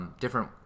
different